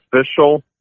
official